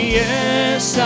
yes